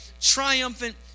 triumphant